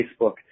Facebook